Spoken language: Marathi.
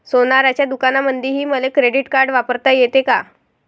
सोनाराच्या दुकानामंधीही मले क्रेडिट कार्ड वापरता येते का?